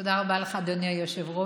תודה רבה לך, אדוני היושב-ראש.